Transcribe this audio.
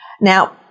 Now